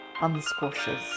Unsquashes